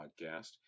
podcast